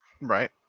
Right